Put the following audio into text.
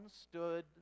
stood